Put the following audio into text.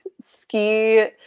ski